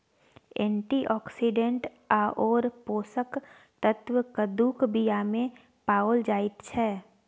antioxidant आओर पोषक तत्व कद्दूक बीयामे पाओल जाइत छै